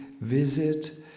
visit